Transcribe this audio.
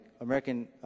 American